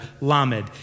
Lamed